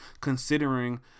considering